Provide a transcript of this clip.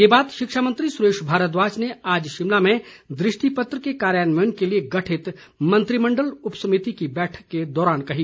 ये बात शिक्षा मंत्री सुरेश भारद्वाज ने आज शिमला में दृष्टिपत्र के कार्यान्वयन के लिए गठित मंत्रिमण्डल उपसमिति की बैठक के दौरान कही